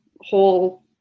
whole